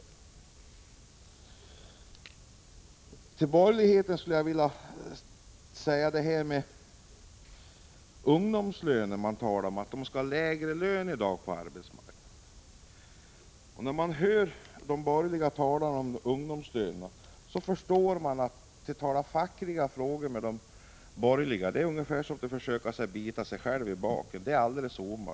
När man hör borgerligheten tala om ungdomslagen och att ungdomarna skall ha lägre löner på arbetsmarknaden än vad de har i dag, förstår man en sak: att tala om fackliga frågor med borgerliga är ungefär som att försöka bita sig själv i baken — det är alldeles omöjligt.